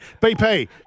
BP